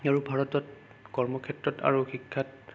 আৰু ভাৰতত কৰ্ম ক্ষেত্ৰত আৰু শিক্ষাত